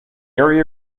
area